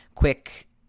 quick